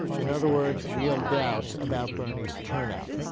in other words real doubts about bernie's turnout.